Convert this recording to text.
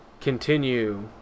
continue